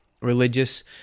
religious